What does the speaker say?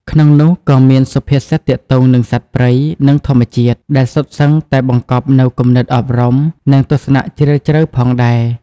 ក្នុងនោះក៏មានសុភាសិតទាក់ទងនឹងសត្វព្រៃ និងធម្មជាតិ ដែលសុទ្ធសឹងតែបង្កប់នូវគំនិតអប់រំ និងទស្សនៈជ្រាលជ្រៅផងដែរ។